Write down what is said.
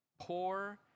Poor